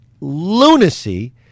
lunacy